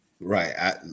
Right